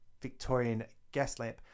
victoriangaslamp